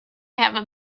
have